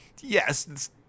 Yes